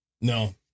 No